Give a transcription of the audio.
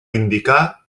indicar